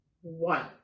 one